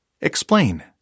Explain